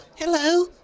hello